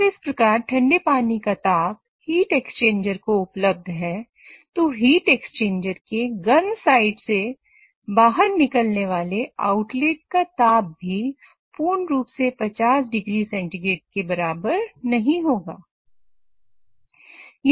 अगर इस प्रकार के ठंडे पानी का ताप हीट एक्सचेंजर के गर्म साइड से बाहर निकलने वाले आउटलेट का ताप भी पूर्ण रूप से 50 डिग्री सेंटीग्रेड के बराबर नहीं होगा